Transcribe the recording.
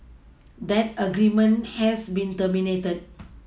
that agreement has been terminated